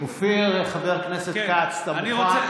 אופיר, חבר הכנסת כץ, אתה מוכן?